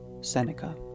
Seneca